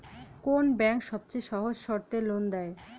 কোন ব্যাংক সবচেয়ে সহজ শর্তে লোন দেয়?